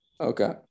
Okay